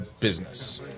business